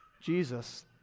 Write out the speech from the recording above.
Jesus